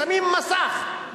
שמים מסך,